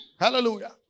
Hallelujah